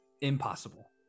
Impossible